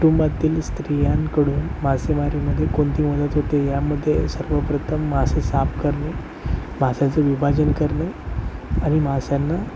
कुटुंबातील स्त्रियांकडून मासेमारीमध्ये कोणती मदत होते यामध्ये सर्वप्रथम मासे साफ करणे माशाचं विभाजन करणे आणि माशांना